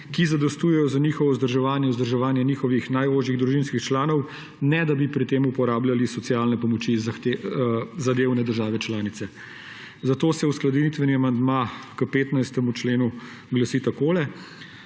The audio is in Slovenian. ki zadostujejo za njihovo vzdrževanje in vzdrževanje njihovih najožjih družinskih članov, ne da bi pri tem uporabljali socialne pomoči zadevne države članice. Zato se uskladitveni amandma k 15. členu glasi tako: